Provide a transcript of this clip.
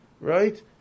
right